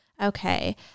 Okay